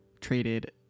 traded